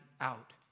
out